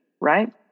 right